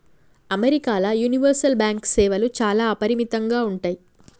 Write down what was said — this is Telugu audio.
అమెరికాల యూనివర్సల్ బ్యాంకు సేవలు చాలా అపరిమితంగా ఉంటయ్